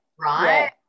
right